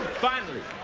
finally,